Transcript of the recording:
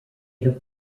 have